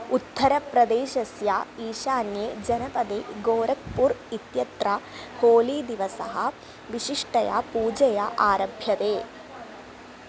उत्तरप्रदेशस्य ईशान्ये जनपदे गोरख्पुर् इत्यत्र होलीदिवसः विशिष्टया पूजया आरभ्यते